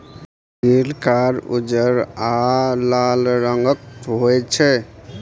सुग्गरि कार, उज्जर आ लाल रंगक होइ छै